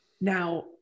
Now